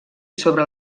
sobre